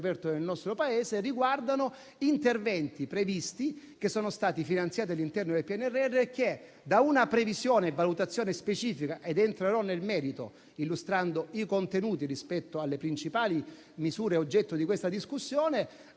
nel nostro Paese, riguarda interventi previsti che sono stati finanziati all'interno del PNRR. Da una valutazione specifica (entrerò poi nel merito, illustrando i contenuti delle principali misure oggetto di questa discussione)